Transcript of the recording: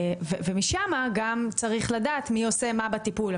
משם גם צריך לדעת מי עושה מה בטיפול.